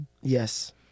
Yes